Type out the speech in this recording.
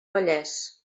vallès